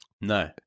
No